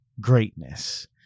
greatness